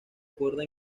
cuerda